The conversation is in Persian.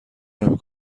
نمی